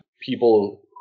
people